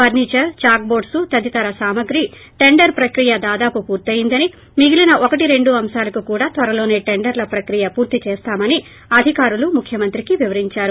furniture దాక్బోర్డ్స్ తదితర సామగ్రికి టెండర్ ప్రక్రియ దాదాపు పూర్తయిందని మిగిలిన ఒకటి రెండు అంశాలకు కూడా త్వరలోనొటిండర్ల ప్రక్రియ పూర్తి చేస్తామని అధికారులు ముఖ్యమంత్రికి వివరించారు